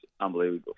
unbelievable